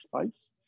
space